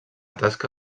tasca